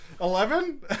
Eleven